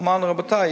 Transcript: אמרנו: רבותי,